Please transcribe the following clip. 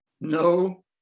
no